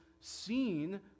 Seen